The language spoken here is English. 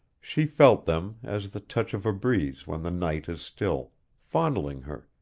she felt them, as the touch of a breeze when the night is still, fondling her,